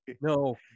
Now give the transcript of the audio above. no